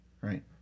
right